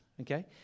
Okay